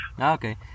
Okay